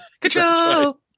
Control